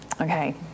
Okay